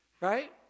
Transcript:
right